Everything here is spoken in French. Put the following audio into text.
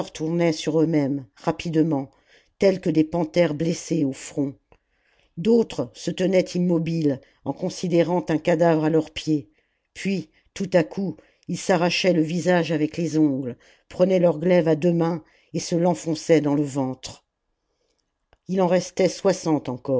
tournaient sur eux-mêmes rapidement tels que des panthères blessées au front d'autres se tenaient immobiles en considérant un cadavre à leurs pieds puis tout à coup ils s'arrachaient le visage avec les ongles prenaient leur glaive à deux mains et se l'enfonçaient dans le ventre ii en restait soixante